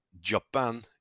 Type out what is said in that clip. japan